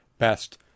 Best